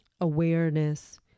awareness